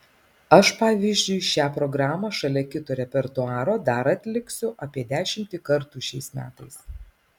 aš pavyzdžiui šią programą šalia kito repertuaro dar atliksiu apie dešimtį kartų šiais metais